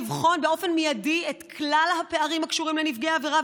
לבחון באופן מיידי את כלל הפערים הקשורים לנפגעי עבירה,